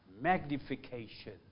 magnification